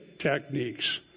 techniques